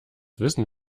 wissen